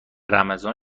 رمضان